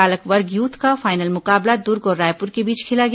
बालक वर्ग यूथ का फाइनल मुकाबला दुर्ग और रायपुर के बीच खेला गया